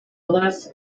less